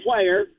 player